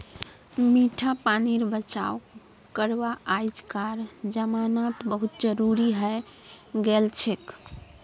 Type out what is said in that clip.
मीठा पानीर बचाव करवा अइजकार जमानात बहुत जरूरी हैं गेलछेक